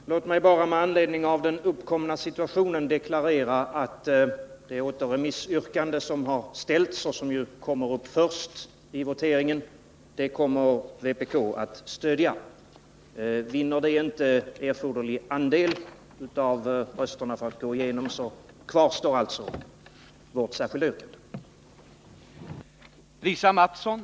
Herr talman! Låt mig med anledning av den uppkomna situationen deklarera att det återremissyrkande som har ställts och som ju kommer upp först i voteringen kommer att stödjas av vpk. Vinner det inte erforderlig andel av rösterna för att gå igenom, kvarstår vårt särskilda yrkande.